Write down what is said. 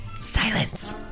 Silence